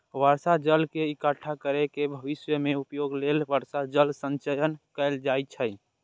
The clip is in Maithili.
बर्षा जल के इकट्ठा कैर के भविष्य मे उपयोग लेल वर्षा जल संचयन कैल जाइ छै